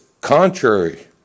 contrary